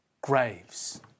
graves